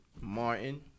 Martin